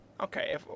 Okay